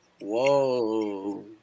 Whoa